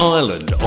Ireland